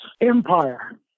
empire